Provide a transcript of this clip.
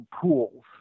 pools